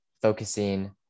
Focusing